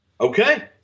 Okay